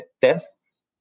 tests